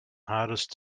hardest